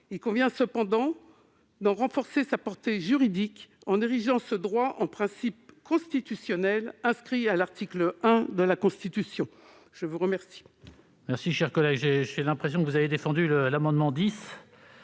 Il convient cependant d'en renforcer la portée juridique en l'érigeant en principe constitutionnel inscrit à l'article 1 de la Constitution. Quel